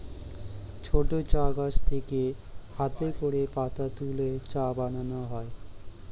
ছোট চা গাছ থেকে হাতে করে পাতা তুলে চা বানানো হয়